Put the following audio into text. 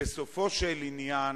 ובכן,